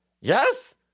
Yes